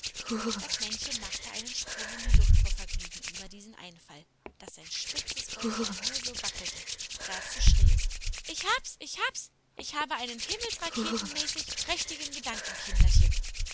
das männchen machte einen sprung in die luft vor vergnügen über diesen einfall daß sein spitzes bäuchlein nur so wackelte dazu schrie es ich hab's ich hab's ich habe einen himmelsraketenmäßig prächtigen gedanken kinderchen